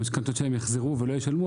שמשכנתאות של אנשים יחזרו והם לא ישלמו,